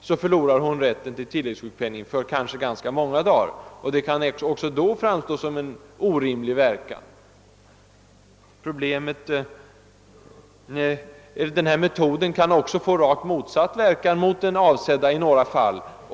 Hon förlorar då rätten till tillläggssjukpenning för kanske ganska lång tid. Det kommer även då att framstå som en orimlig verkan. Metoden kan också i vissa fall få en rakt motsatt effekt mot den avsedda.